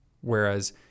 Whereas